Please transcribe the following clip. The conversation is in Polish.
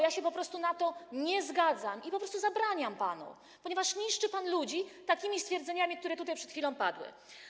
Ja się po prostu na to nie zgadzam i po prostu zabraniam panu, ponieważ niszczy pan ludzi takimi stwierdzeniami, które tutaj przed chwilą padły.